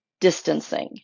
distancing